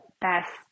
best